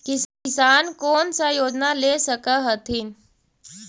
किसान कोन सा योजना ले स कथीन?